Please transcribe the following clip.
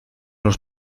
los